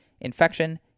infection